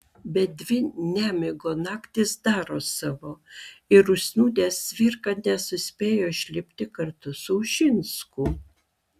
bet dvi nemigo naktys daro savo ir užsnūdęs cvirka nesuspėja išlipti kartu su ušinsku